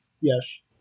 Yes